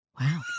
Wow